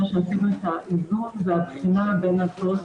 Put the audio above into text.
לאחר שעשינו את האיזון והבחינה בין הצורך